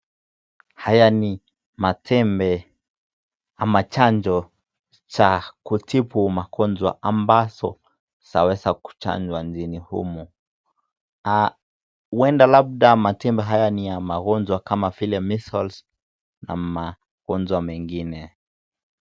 Haya ni matembe ama chanjo cha kutibu magonjwa ambazo zaweza kuchanjwa nchini humu. Huenda labda matembe haya ni ya magonjwa kama vile measles na magonjwa mengine.